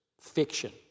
fiction